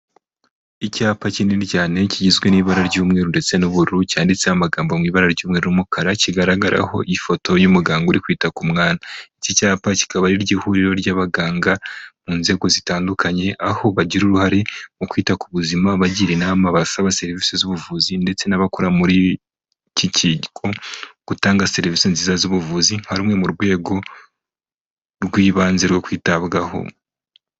Icyapa kinini cyane kigizwe n'ibara ry'umweru ndetse n'ubururu, cyanditseho amagambo mu ibara ry'umweru n'umukara, kigaragaraho ifoto y'umuganga uri kwita ku mwana. Iki cyapa kikaba ari ryo huriro ry'abaganga mu nzego zitandukanye, aho bagira uruhare mu kwita ku buzima, bagira inama abasaba serivisi z'ubuvuzi ndetse n'abakora muri iki kigo, gutanga serivisi nziza z'ubuvuzi, nka rumwe mu rwego rw'ibanze rwo kwitabwaho.